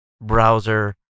browser